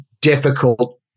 difficult